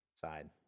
side